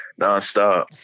nonstop